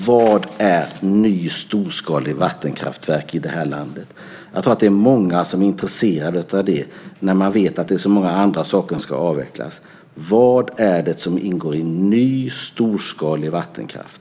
Vad är ny storskalig vattenkraft i det här landet? Det är många som är intresserade av att få veta det när de vet att det är så många andra saker som ska avvecklas. Vad är det som ingår i ny storskalig vattenkraft?